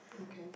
okay